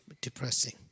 depressing